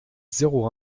zéro